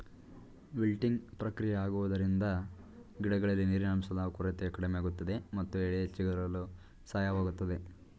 wilting ಪ್ರಕ್ರಿಯೆ ಆಗುವುದರಿಂದ ಗಿಡಗಳಲ್ಲಿ ನೀರಿನಂಶದ ಕೊರತೆ ಕಡಿಮೆಯಾಗುತ್ತದೆ ಮತ್ತು ಎಲೆ ಚಿಗುರಲು ಸಹಾಯವಾಗುತ್ತದೆ